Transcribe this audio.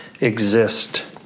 exist